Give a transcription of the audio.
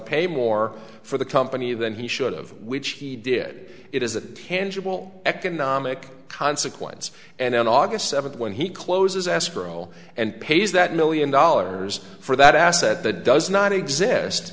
pay more for the company than he should of which he did it is a tangible economic consequence and on august seventh when he closes astro and pays that million dollars for that asset that does not exist